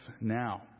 now